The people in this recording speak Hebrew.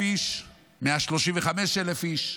135,000 איש,